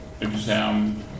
exam